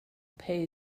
pay